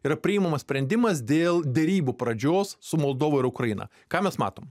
yra priimamas sprendimas dėl derybų pradžios su moldova ir ukraina ką mes matom